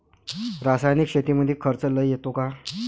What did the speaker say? रासायनिक शेतीमंदी खर्च लई येतो का?